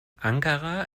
ankara